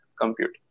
computer